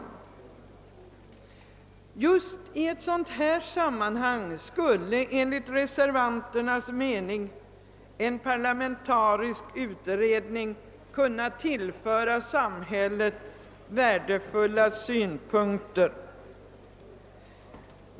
Just i ett sådant sammanhang skulle enligt reservanternas mening en parlamentarisk utredning kunna tillföra samhället värdefulla synpunkter.